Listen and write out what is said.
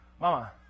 Mama